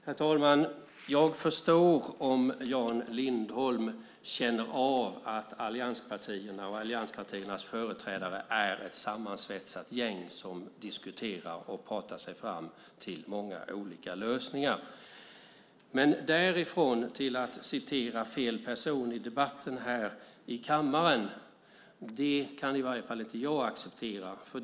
Herr talman! Jag förstår om Jan Lindholm känner av att allianspartierna och allianspartiernas företrädare är ett sammansvetsat gäng som diskuterar och pratar sig fram till många olika lösningar. Men att citera fel person i debatten här i kammaren kan i varje fall inte jag acceptera.